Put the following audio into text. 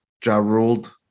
jaw-ruled